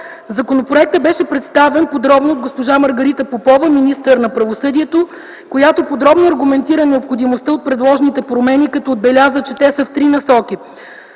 „Законопроектът беше представен подробно от госпожа Маргарита Попова – министър на правосъдието, която подробно аргументира необходимостта от предложените промени като отбеляза, че те са в три насоки: